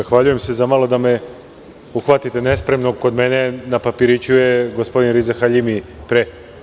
Zahvaljujem se i zamalo da me uhvatite nespremnog, kod mene na papiriću je gospodin Riza Halimi pre.